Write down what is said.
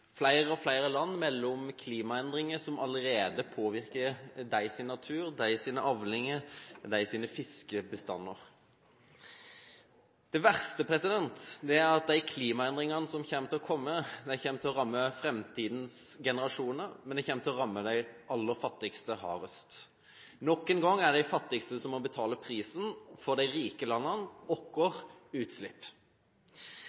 Flere og flere land melder om klimaendringer som allerede påvirker deres natur, deres avlinger og deres fiskebestander. Det verste er at de klimaendringene som kommer, kommer til å ramme framtidens generasjoner, og de kommer til å ramme de aller fattigste hardest. Nok en gang er det de fattigste som må betale prisen for de rike landene